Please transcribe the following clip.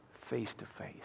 face-to-face